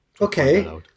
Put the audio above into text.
Okay